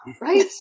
Right